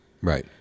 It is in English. Right